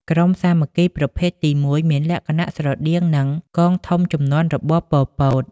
ក្រុមសាមគ្គីប្រភេទទី១ មានលក្ខណៈស្រដៀងនឹងកងធំជំនាន់របបប៉ុលពត។